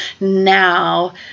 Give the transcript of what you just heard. now